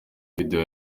video